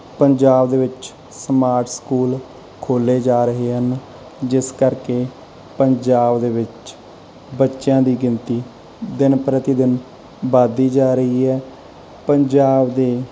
ਪੰਜਾਬ ਦੇ ਵਿੱਚ smart school ਖੋਲ੍ਹੇ ਜਾ ਰਹੇ ਹਨ ਜਿਸ ਕਰਕੇ ਪੰਜਾਬ ਦੇ ਵਿੱਚ ਬੱਚਿਆਂ ਦੀ ਗਿਣਤੀ ਦਿਨ ਪ੍ਰਤੀ ਦਿਨ ਵੱਧਦੀ ਜਾ ਰਹੀ ਹੈ ਪੰਜਾਬ ਦੇ